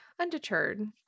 Undeterred